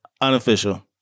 Unofficial